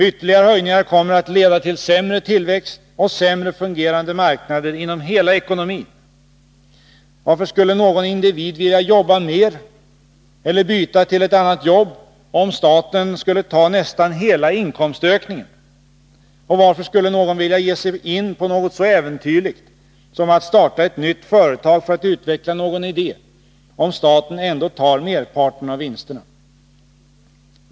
Ytterligare höjningar kommer att leda till sämre tillväxt och sämre fungerande marknader inom hela ekonomin. Varför skulle någon individ vilja jobba mer eller byta till ett annat jobb, om staten tar nästan hela inkomstökningen? Och varför skulle någon vilja ge sig in på något så äventyrligt som att starta ett nytt företag för att utveckla någon idé, om staten ändå tar merparten av vinsterna?